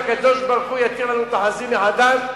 שהקדוש-ברוך-הוא יתיר לנו את החזיר מחדש,